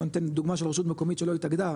בוא ניתן דוגמה של רשות מקומית שלא התאגדה,